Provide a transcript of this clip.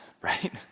right